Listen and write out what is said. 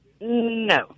No